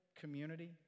community